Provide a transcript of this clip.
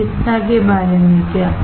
चिकित्सा के बारे में क्या